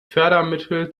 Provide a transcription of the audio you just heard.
fördermittel